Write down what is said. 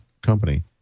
company